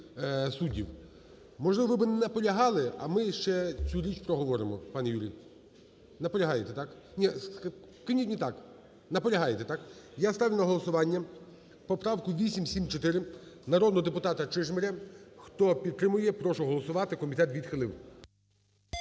Можливо, ви би не наполягали, а ми ще цю річ проговоримо, пане Юрій. Наполягаєте, так? Ні. Кивніть не так. Наполягаєте, так? Я ставлю на голосування поправку 874 народного депутата Чижмаря. Хто підтримує, прошу голосувати. Комітет відхилив.